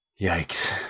Yikes